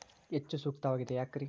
ಹೆಚ್ಚು ಸೂಕ್ತವಾಗಿದೆ ಯಾಕ್ರಿ?